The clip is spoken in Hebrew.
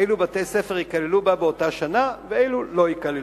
אילו בתי ספר ייכללו בה באותה שנה ואילו לא ייכללו.